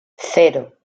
cero